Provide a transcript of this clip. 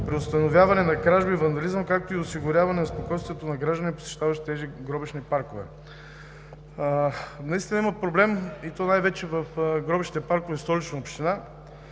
преустановяване на кражбите и вандализма, както и осигуряване на спокойствието на гражданите, посещаващи гробищните паркове. Наистина има проблем, и то най-вече в „Гробищни паркове“ – Столична община.